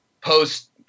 post